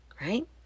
right